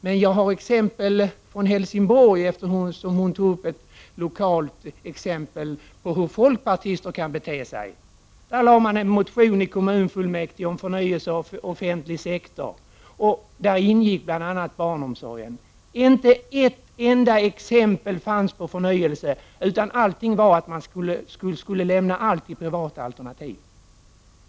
Hon tog upp ett lokalt exempel, och jag har också ett sådant, från Helsingborg, som visar hur folkpartister kan bete sig. I Helsingborg väckte folkpartisterna en motion i kommunfullmäktige om förnyelse av den offentliga sektorn, där bl.a. barnomsorgen ingick. I detta förslag fanns inte ett enda exempel på förnyelse, utan det handlade bara om att man skulle lämna allt till privat verksamhet.